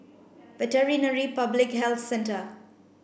Veterinary Public Health Centre